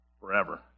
forever